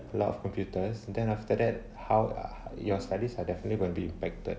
lot of computers then after that how are your studies are definitely going be affected